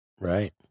right